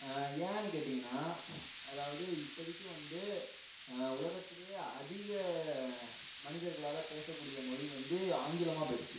ஏன்னு கேட்டிங்கனா அதாவது இப்போதிக்கி வந்து உலகத்துலேயே அதிக மனிதர்களால் பேசக்கூடிய மொழி வந்து ஆங்கிலமாக போய்டுச்சு